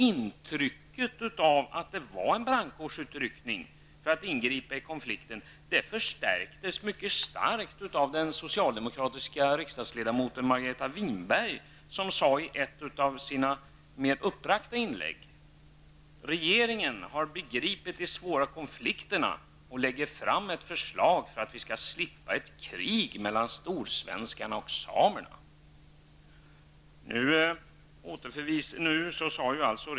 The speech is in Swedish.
Intrycket av att det var en brandkårsuttryckning för att ingripa i konflikten förstärktes av den socialdemokratiska riksdagsledamoten Margareta Winberg, som i ett av sina mera uppbragta inlägg sade att regeringen har begripit de svåra konflikterna och lägger fram ett förslag för att vi skall slippa krig mellan storsvenskarna och samerna.